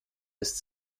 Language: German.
ist